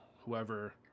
whoever